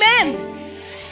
Amen